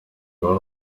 wari